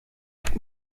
hat